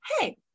hey